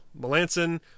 Melanson